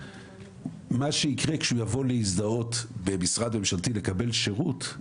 מה שיקרה כשהוא יבוא להזדהות במשרד ממשלתי לקבל שירות,